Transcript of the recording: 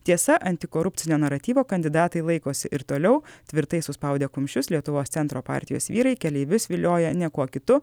tiesa antikorupcinio naratyvo kandidatai laikosi ir toliau tvirtai suspaudę kumščius lietuvos centro partijos vyrai keleivius vilioja niekuo kitu